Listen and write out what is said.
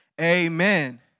amen